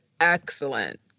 excellent